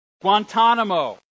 Guantanamo